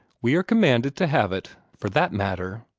we are commanded to have it, for that matter.